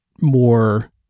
more